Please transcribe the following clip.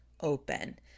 open